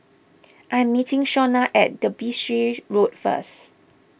I am meeting Shawna at Derbyshire Road first